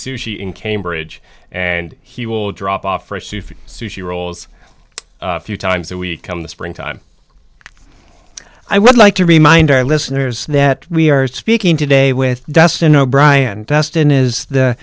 sushi in cambridge and he will drop off for a sheaf of sushi rolls a few times a week on the springtime i would like to remind our listeners that we are speaking today with dustin o'brien dustin is the